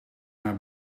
naar